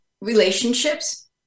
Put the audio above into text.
relationships